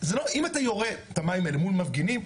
אם אתה יורה את המים האלה אל מול מפגינים,